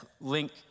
link